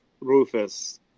Rufus